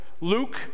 Luke